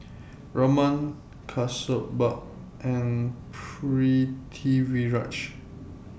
Raman Kasturba and Pritiviraj